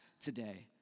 today